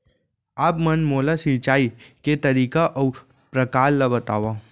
आप मन मोला सिंचाई के तरीका अऊ प्रकार ल बतावव?